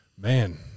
man